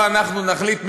לא אנחנו נחליט,